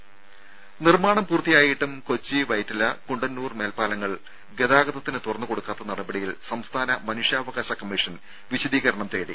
രുര നിർമ്മാണം പൂർത്തിയാക്കിയിട്ടും കൊച്ചി വൈറ്റില കുണ്ടന്നൂർ മേൽപ്പാലങ്ങൾ ഗതാഗതത്തിന് തുറന്നുകൊടുക്കാത്ത നടപടിയിൽ സംസ്ഥാന മനുഷ്യാവകാശ കമ്മീഷൻ വിശദീകരണം തേടി